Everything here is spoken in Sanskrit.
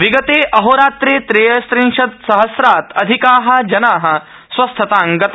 विगते अहोरात्रे त्रयस्त्रिंशत्सहस्राद अधिका जना स्वस्थतां गता